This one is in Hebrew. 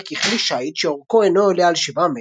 ככלי שיט שאורכו אינו עולה על 7 מטרים,